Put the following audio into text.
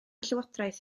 llywodraeth